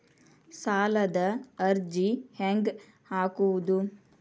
ಸಾಲದ ಅರ್ಜಿ ಹೆಂಗ್ ಹಾಕುವುದು?